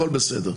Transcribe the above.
הכול בסדר.